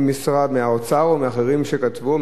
מהאוצר או מאחרים שכתבו,